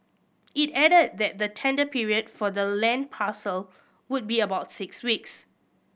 it added that the tender period for the land parcel would be about six weeks